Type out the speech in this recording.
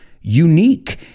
unique